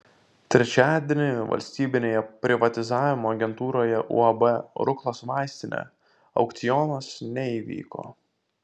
trečiadienį valstybinėje privatizavimo agentūroje uab ruklos vaistinė aukcionas neįvyko